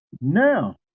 Now